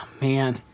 man